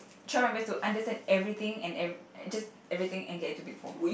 try my best to understand everything and ev~ just everything and get into Big-Four